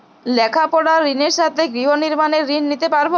লেখাপড়ার ঋণের সাথে গৃহ নির্মাণের ঋণ নিতে পারব?